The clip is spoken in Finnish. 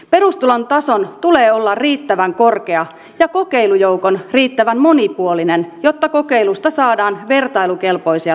perustulon tason tulee olla riittävän korkea ja kokeilujoukon riittävän monipuolinen jotta kokeilusta saadaan vertailukelpoisia tuloksia